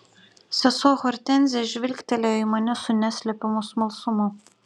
sesuo hortenzija žvilgtelėjo į mane su neslepiamu smalsumu